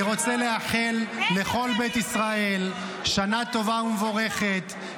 אני רוצה לאחל לכל בית ישראל שנה טובה ומבורכת,